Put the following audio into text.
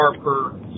Harper